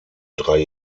drei